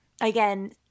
again